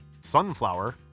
Sunflower